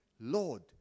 Lord